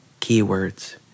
Keywords